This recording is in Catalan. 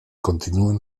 continuen